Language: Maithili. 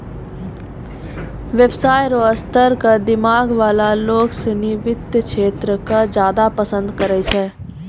व्यवसाय र स्तर क दिमाग वाला लोग सिनी वित्त क्षेत्र क ज्यादा पसंद करै छै